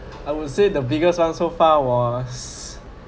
I would say the biggest one so far was